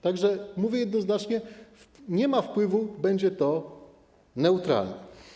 Tak że mówię jednoznacznie: nie ma wpływu, będzie to neutralne.